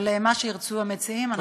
אבל מה שירצו המציעים, אנחנו בעד.